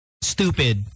stupid